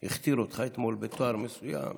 אנחנו עוברים לסעיף 5